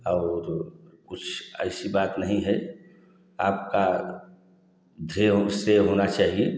और कुछ ऐसी बात नहीं हैं आपका ध्येय से होना चाहिए